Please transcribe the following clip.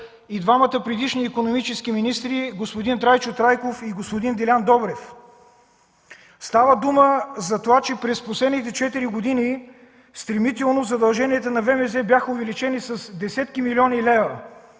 и двамата предишни икономически министри – господин Трайчо Трайков и господин Делян Добрев. Става дума за това, че през последните четири години задълженията на ВМЗ бяха увеличени стремително с десетки милиони левове